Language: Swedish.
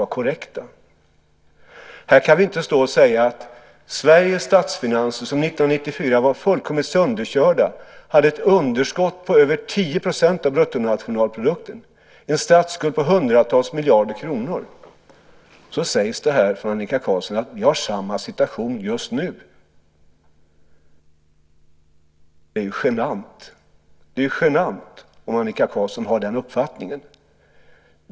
Vi kan inte som Annika Qarlsson stå här och säga att vi har samma situation just nu som 1994. Då var Sveriges statsfinanser fullkomligt sönderkörda, vi hade ett underskott på över 10 % av bruttonationalprodukten och statsskulden var på hundratals miljarder kronor. Det är genant om Annika Qarlsson har den uppfattningen.